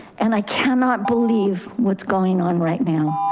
and i cannot believe what's going on right now.